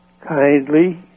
kindly